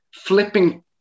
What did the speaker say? flipping